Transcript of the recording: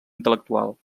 intel·lectual